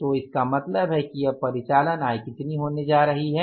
तो इसका मतलब है कि अब परिचालन आय कितनी होने जा रही है